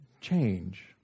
change